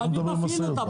אבל מי מפעיל אותם?